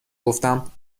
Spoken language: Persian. گفتم